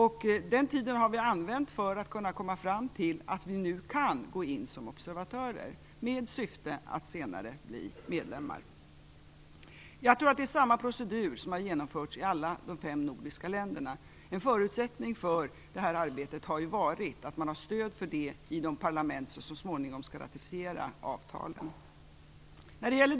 Den tiden har använts för att kunna komma fram till att Sverige nu kan gå in som observatör, med syfte att senare bli medlem. Jag tror att samma procedur har genomförts i alla de fem nordiska länderna. En förutsättning för arbetet har varit att man har haft stöd i de parlament som så småningom skall ratificera avtalen.